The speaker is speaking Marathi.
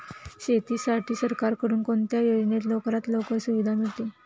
शेतीसाठी सरकारकडून कोणत्या योजनेत लवकरात लवकर सुविधा मिळते?